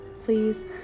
please